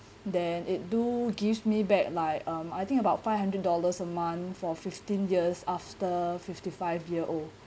then it do gives me back like um I think about five hundred dollars a month for fifteen years after fifty five year old